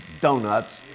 donuts